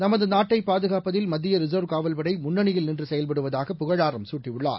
நமதுநாட்டைபாதுகாப்பதில் மத்தியரிசர்வ் காவல்படைமுன்னணியில் நின்றுசெயல்படுவதாக புகழாரம் சூட்டியுள்ளார்